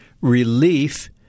relief